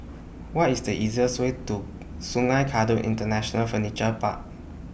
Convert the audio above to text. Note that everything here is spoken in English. What IS The easiest Way to Sungei Kadut International Furniture Park